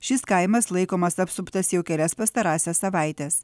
šis kaimas laikomas apsuptas jau kelias pastarąsias savaites